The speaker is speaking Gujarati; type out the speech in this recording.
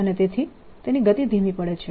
અને તેથી ગતિ ધીમી પડે છે